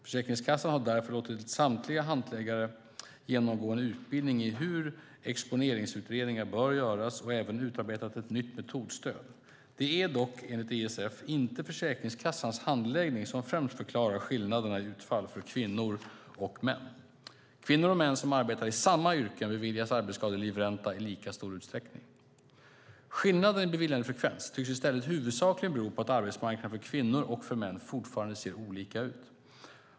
Försäkringskassan har därför låtit samtliga handläggare genomgå en utbildning i hur exponeringsutredningar bör göras och även utarbetat ett nytt metodstöd. Det är dock, enligt ISF, inte Försäkringskassans handläggning som främst förklarar skillnaderna i utfall för kvinnor och män. Kvinnor och män som arbetar inom samma yrke beviljas arbetsskadelivränta i lika stor utsträckning. Skillnaden i beviljandefrekvens tycks i stället huvudsakligen bero på att arbetsmarknaden för kvinnor och för män fortfarande ser olika ut.